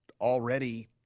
already